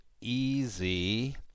easy